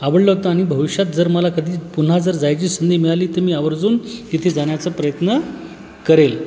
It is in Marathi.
आवडलं होतं आणि भविष्यात जर मला कधी पुन्हा जर जायची संधी मिळाली तर मी आवर्जून तिथे जाण्याचा प्रयत्न करेल